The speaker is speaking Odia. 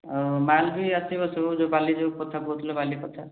ଆଉ ମାଲ୍ ବି ଆସିବ ସବୁ ଯେଉଁ ବାଲି ଯେଉଁ କଥା କହୁଥିଲ ବାଲି କଥା